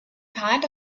kind